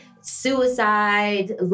suicide